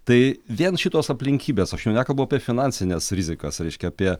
tai vien šitos aplinkybės aš jau nekalbu apie finansines rizikas reiškia apie